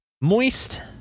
moist